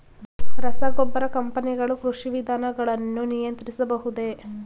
ರಸಗೊಬ್ಬರ ಕಂಪನಿಗಳು ಕೃಷಿ ವಿಧಾನಗಳನ್ನು ನಿಯಂತ್ರಿಸಬಹುದೇ?